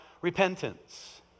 repentance